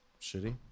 shitty